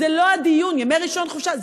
חופשה,